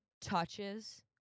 touches